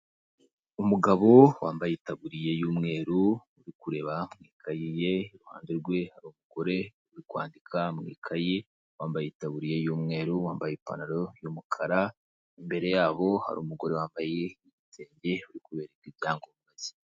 Umugabo wambaye itaburiye y'umweru uri kureba mu ikayi ye iruhande rwe hari umugore uri kwandika mu ikayi wambaye itaburiya y'umweru wambaye ipantaro y'umukara, imbere yabo hari umugore wambaye ibitenge uri kubereka ibyangombwa bye.